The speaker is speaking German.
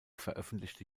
veröffentlichte